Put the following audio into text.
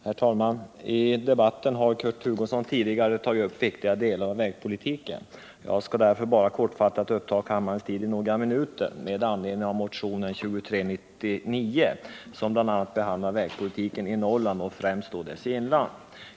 Herr talman! I debatten har Kurt Hugosson tidigare tagit upp viktiga delar av vägpolitiken. Jag skall därför bara kortfattat uppta kammarens tid några minuter med anledning av motionen 2399, som bl.a. behandlar vägpolitiken i Norrland och främst då dess inland.